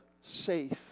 safe